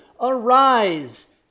arise